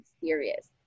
serious